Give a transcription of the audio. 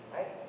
Right